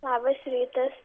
labas rytas